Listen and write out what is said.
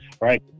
right